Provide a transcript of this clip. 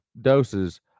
doses